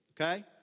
okay